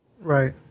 Right